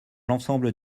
l’ensemble